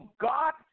God